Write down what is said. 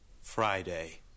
Friday